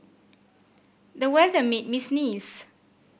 the weather made me sneeze